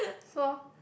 so